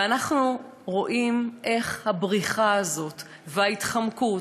ואנחנו רואים את הבריחה הזאת וההתחמקות,